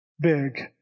big